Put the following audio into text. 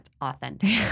authentic